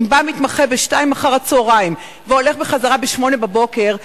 אם בא מתמחה ב-14:00 והולך ב-08:00 למחרת,